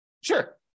Sure